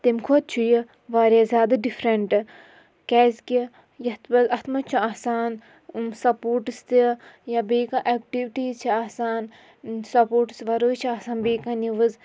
تَمہِ کھۄتہٕ چھُ یہِ واریاہ زیادٕ ڈِفرَنٹ کیازکہِ یَتھ مہ اَتھ منٛز چھُ آسان سَپوٹٕس تہِ یا بیٚیہِ کانٛہہ ایٚکٹِوِٹیٖز چھِ آسان سَپوٹٕس وَرٲے چھِ آسان بیٚیہِ کانٛہہ نِوٕز